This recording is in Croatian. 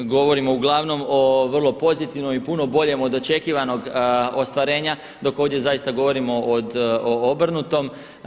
Govorimo uglavnom o vrlo pozitivnom i puno boljem od očekivanog ostvarenja dok ovdje zaista govorimo o obrnutom.